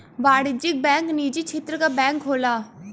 वाणिज्यिक बैंक निजी क्षेत्र क बैंक होला